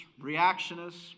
reactionists